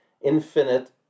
infinite